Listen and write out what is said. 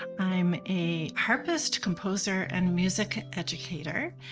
i'm a harpist, composer and music educator.